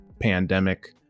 pandemic